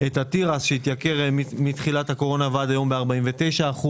התירס התייקר מתחילת הקורונה ועד היום ב-49%,